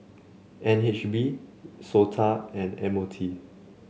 N H B SOTA and M O T